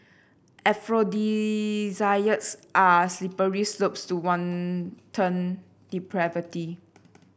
aphrodisiacs are slippery slopes to wanton depravity